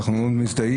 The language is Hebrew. ואנחנו מאוד מזדהים,